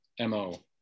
MO